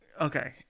Okay